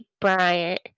Bryant